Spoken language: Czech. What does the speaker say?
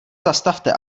zastavte